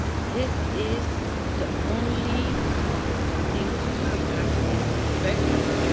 this is the only thing we ask, is respect,